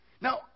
Now